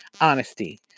honesty